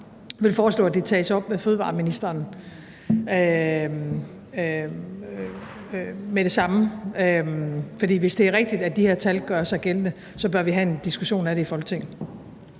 jeg vil foreslå, at de tages op med fødevareministeren med det samme. For hvis det er rigtigt, at de her tal gør sig gældende, så bør vi have en diskussion af det i Folketinget.